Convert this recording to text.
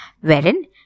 wherein